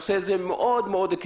כי הנושא הזה מאוד קריטי.